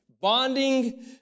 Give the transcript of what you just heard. Bonding